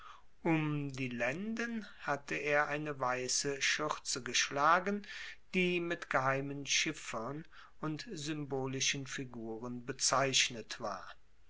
um die lenden hatte er eine weiße schürze geschlagen die mit geheimen chiffern und symbolischen figuren bezeichnet war